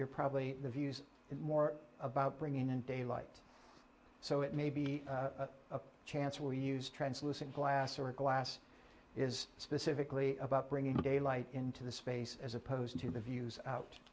you're probably the views more about bringing in daylight so it may be a chance we'll use translucent glass or glass is specifically about bringing daylight into the space as opposed to the views out